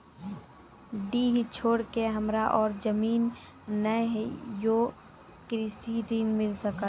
डीह छोर के हमरा और जमीन ने ये कृषि ऋण मिल सकत?